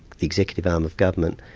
the executive arm of government,